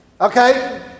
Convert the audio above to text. Okay